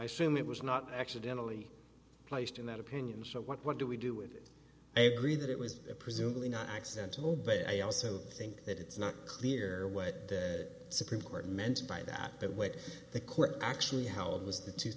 i sumit was not accidentally placed in that opinion so what do we do with it i agree that it was presumably not accidental but i also think that it's not clear what the supreme court meant by that but what the court actually held was the two